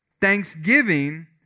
thanksgiving